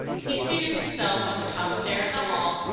he seated himself on the top stair in the hall,